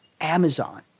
Amazon